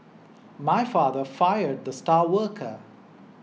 my father fired the star worker